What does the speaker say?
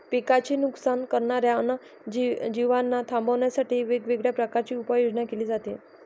पिकांचे नुकसान करणाऱ्या अन्य जीवांना थांबवण्यासाठी वेगवेगळ्या प्रकारची उपाययोजना केली जाते